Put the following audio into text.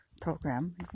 program